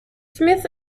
smith